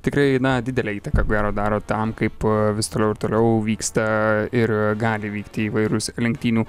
tikrai na didelę įtaką garo daro tam kaip vis toliau ir toliau vyksta ir gali vykti įvairūs lenktynių